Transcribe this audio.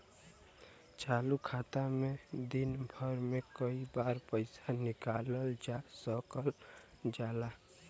चालू खाता में दिन भर में कई बार पइसा निकालल जा सकल जाला